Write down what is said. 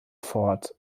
fort